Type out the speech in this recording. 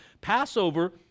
Passover